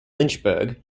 lynchburg